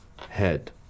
head